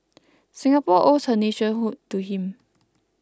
Singapore owes her nationhood to him